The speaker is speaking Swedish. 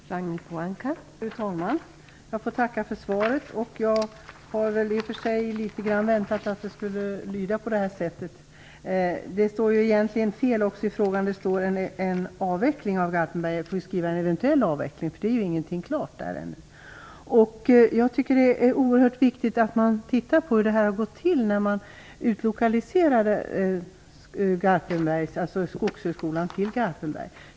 Fru talman! Jag får tacka för svaret. Jag hade i och för sig väntat att det skulle lyda på detta sätt. Det står egentligen fel i frågan. Där talas om en avveckling av Garpenberg. Det borde vara en eventuell avveckling, för ingenting är ännu klart. Jag tycker att det är oerhört viktigt att man ser på hur det gick till när Skogshögskolan utlokaliserades till Garpenberg.